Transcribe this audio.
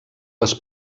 les